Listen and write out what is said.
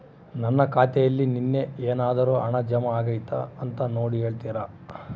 ನನ್ನ ಖಾತೆಯಲ್ಲಿ ನಿನ್ನೆ ಏನಾದರೂ ಹಣ ಜಮಾ ಆಗೈತಾ ಅಂತ ನೋಡಿ ಹೇಳ್ತೇರಾ?